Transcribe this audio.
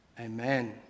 Amen